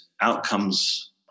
outcomes